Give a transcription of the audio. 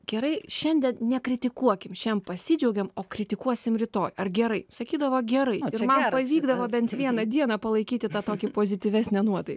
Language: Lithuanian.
gerai šiandien nekritikuokim šiam pasidžiaugiam o kritikuosim rytoj ar gerai sakydavo gerai ir man pavykdavo bent vieną dieną palaikyti tą tokią pozityvesnę nuotaiką